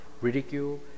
ridicule